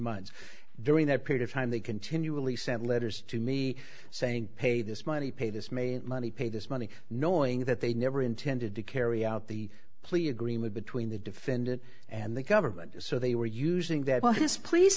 months during that period of time they continually sent letters to me saying pay this money pay this made money pay this money knowing that they never intended to carry out the plea agreement between the defendant and the government so they were using that